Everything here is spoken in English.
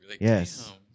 yes